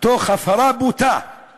תוך הפרה בוטה של